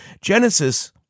Genesis